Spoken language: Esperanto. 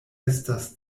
estas